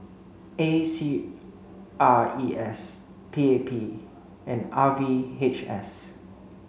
A C R E S P A P and R V H S